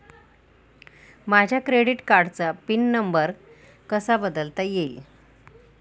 माझ्या क्रेडिट कार्डचा PIN number कसा बदलता येईल?